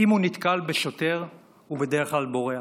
אם הוא נתקל בשוטר, הוא בדרך כלל בורח.